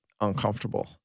uncomfortable